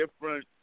different